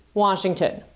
washington.